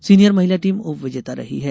senior महिला team उपविजेता रही है